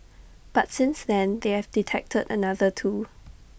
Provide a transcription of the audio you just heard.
but since then they have detected another two